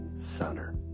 center